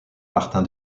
martin